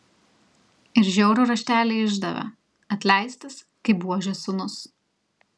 ir žiaurų raštelį išdavė atleistas kaip buožės sūnus